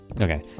okay